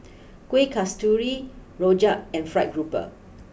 Kuih Kasturi Rojak and Fried grouper